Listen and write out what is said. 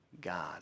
God